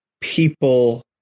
people